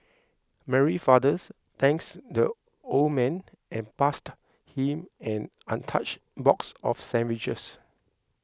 Mary father's thanks the old man and passed him an untouched box of sandwiches